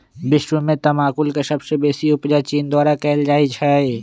विश्व में तमाकुल के सबसे बेसी उपजा चीन द्वारा कयल जाइ छै